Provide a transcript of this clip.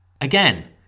Again